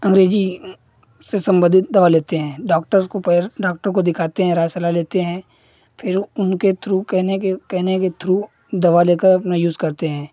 अंग्रेजी से सम्बन्धित दवा लेते हैं डाक्टर्स को पैर डॉक्टरों को दिखते हैं राय सलाह लेते हैं फिर उनके थ्रू कहने के कहने के थ्रू दवा लेकर अपना यूज़ करते हैं